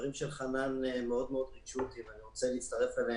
הדברים של חנן מאוד ריגשו אותי ואני רוצה להצטרף אליהם.